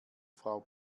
frau